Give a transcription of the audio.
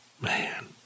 Man